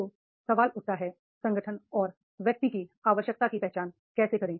तो सवाल उठता है संगठन और व्यक्ति की आवश्यकता की पहचान कैसे करें